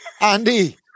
Andy